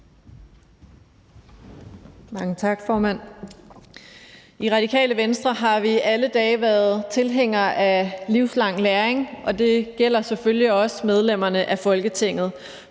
I Radikale Venstre har vi alle dage været tilhængere af livslang læring, og det gælder selvfølgelig også medlemmerne af Folketinget.